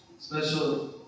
Special